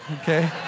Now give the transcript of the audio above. Okay